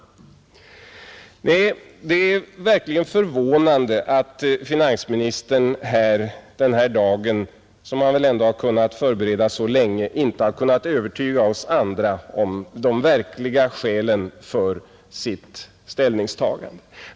Nej, det är verkligen förvånande att finansministern den här dagen, som han väl ändå kunnat förbereda så länge, inte har kunnat övertyga oss andra om de verkliga skälen till sitt ställningstagande.